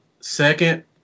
Second